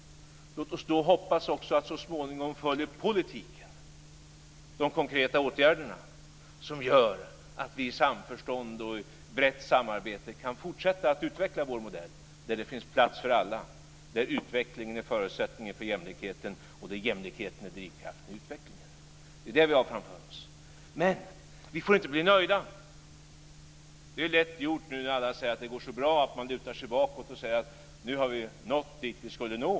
Låt oss också hoppas att så småningom följer politiken och de konkreta åtgärderna som gör att vi i samförstånd och brett samarbete kan fortsätta att utveckla vår modell där det finns plats för alla, där utveckling är en förutsättning för jämlikhet och där jämlikheten är drivkraften i utvecklingen. Det är detta som vi har framför oss. Men vi får inte bli nöjda. Det är lätt gjort, nu när alla säger att det går så bra, att man lutar sig bakåt och säger att vi har nått dit vi skulle nå.